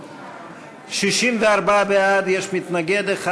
64 בעד, יש מתנגד אחד.